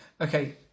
Okay